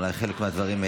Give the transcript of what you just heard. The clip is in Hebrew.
אולי חלק מהדברים,